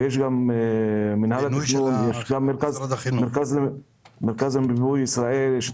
יש גם מינהל התכנון, יש את מרכז למיפוי ישראל.